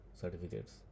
certificates